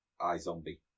iZombie